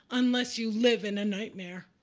unless you live in a nightmare.